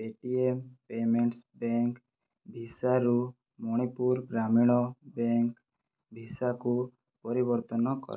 Paytm Payments Bank ଭିସାରୁ Manipur Gramin Bank ଭିସାକୁ ପରିବର୍ତ୍ତନ କର